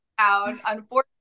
Unfortunately